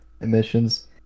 emissions